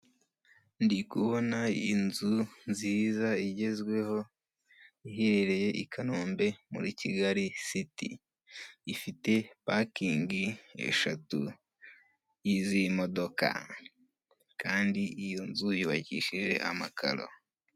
Ndikubona inzu nziza igezweho iherereye i Kanombe muri Kigali siti. Ifite pakingi eshatu z'imodoka kandi iyo nzu yubakishije amakaro.